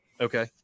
Okay